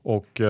Och